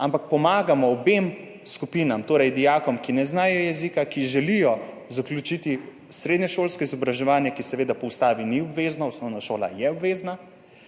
ampak pomagamo obema skupinama, torej dijakom, ki ne znajo jezika, ki želijo zaključiti srednješolsko izobraževanje, ki seveda po ustavi ni obvezno, osnovna šola je obvezna,